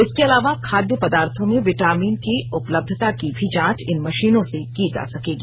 इसके अलावा खाद्य पदार्थों में विटामीन की उपलब्धता की भी जांच इन मशीनों से की जा सकेगी